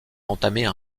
entamer